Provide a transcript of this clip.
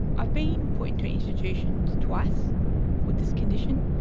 i've been put into institutions twice with this condition,